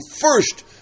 first